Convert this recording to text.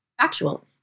factual